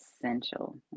essential